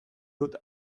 dut